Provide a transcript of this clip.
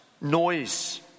noise